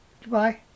Goodbye